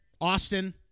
Austin